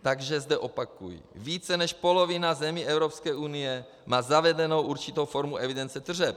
Takže zde opakuji: Více než polovina zemí Evropské unie má zavedenou určitou formu evidence tržeb.